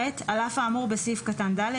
(ח) על אף האמור בסעיף קטן (ד),